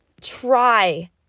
try